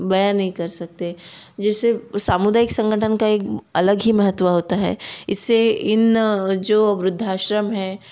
बयाँ नहीं कर सकते जैसे सामुदायिक संगठन का एक अलग ही महत्व होता है इससे इन जो वृद्धाश्रम हैं